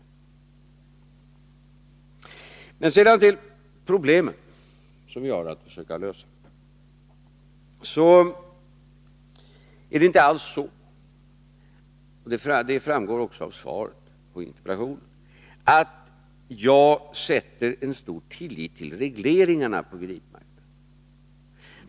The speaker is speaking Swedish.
För att sedan övergå till problemen som vi har att försöka lösa sätter jag inte alls — vilket också framgår av svaret på interpellationen — en stor tillit till regleringarna på kreditmarknaden.